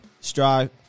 Strive